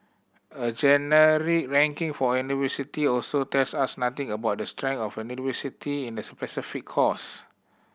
a generic ranking for a university also tells us nothing about the strength of a university in a specific course